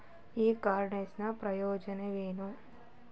E commerce ನ ಪ್ರಯೋಜನಗಳೇನು?